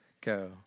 go